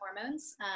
hormones